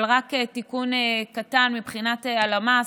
אבל רק תיקון קטן מבחינת הלמ"ס,